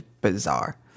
bizarre